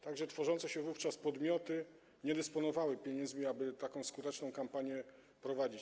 Także tworzące się wówczas podmioty nie dysponowały pieniędzmi, aby taką skuteczną kampanię prowadzić.